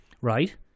Right